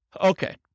Okay